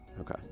Okay